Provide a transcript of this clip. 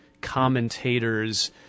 commentators